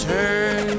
Turn